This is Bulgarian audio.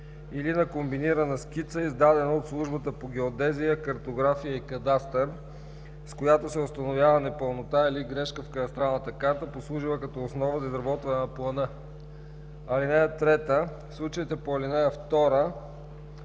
или на комбинирана скица, издадена от службата по геодезия, картография и кадастър, с която се установява непълнота или грешка в кадастралната карта, послужила като основа за изработване на плана. (3) В случаите по ал. 2